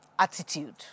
Attitude